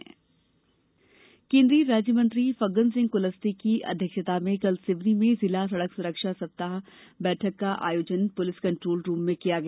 कुलस्ते केन्द्रीय राज्य मंत्री फग्गन सिंह कुलस्ते की अध्यक्षता में कल सिवनी में जिला सड़क सुरक्षा बैठक का आयोजन पुलिस कंट्रोल रूम में किया गया